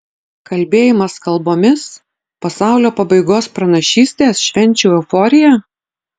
kalbėjimas kalbomis pasaulio pabaigos pranašystės švenčių euforija